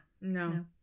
no